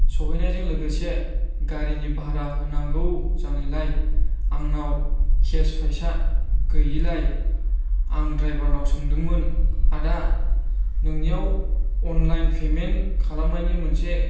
सहैनायजों लोगोसे गारिनि भारा होनांगौ जानायलाय आंनाव खेस फैसा गैयिलाय आं ड्राइभारनाव सोंदोंमोन आदा नोंनियाव अनलाइन पेमेन खालामनायनि मोनसे